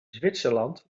zwitserland